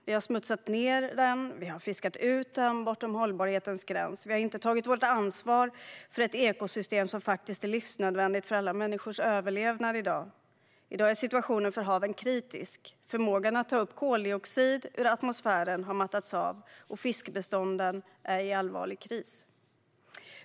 Vi har smutsat ned dem och fiskat ut dem bortom hållbarhetens gräns. Vi har inte tagit vårt ansvar för ett ekosystem som faktiskt är livsnödvändigt för alla människors överlevnad. I dag är situationen för haven kritisk - förmågan att ta upp koldioxid ur atmosfären har mattats av, och fiskbestånden är i allvarlig kris.